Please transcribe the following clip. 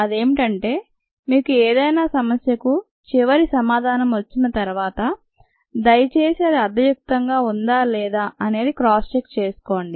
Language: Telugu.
అదేంటంటే మీకు ఏదైనా సమస్యకు చివరి సమాధానం వచ్చిన తర్వాత దయచేసి అది అర్థయుక్తంగా ఉందా లేదా అనేది క్రాస్ చెక్ చేసుకోండి